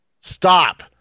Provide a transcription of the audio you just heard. stop